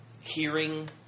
hearing